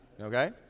okay